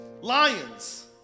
Lions